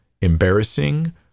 embarrassing